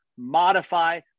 modify